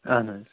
اَہَن حظ